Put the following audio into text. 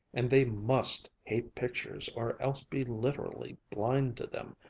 and they must hate pictures or else be literally blind to them,